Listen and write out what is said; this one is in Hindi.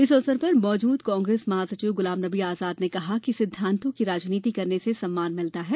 इस अवसर पर मौजूद कांग्रेस महासचिव गुलाम नबी आज़ाद ने कहा कि सिद्धांतों की राजनीति करने से सम्मान मिलता है